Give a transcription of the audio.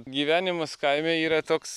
gyvenimas kaime yra toks